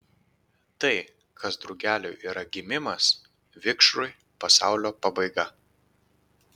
tai kas drugeliui yra gimimas vikšrui pasaulio pabaiga